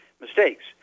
mistakes